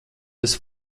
esi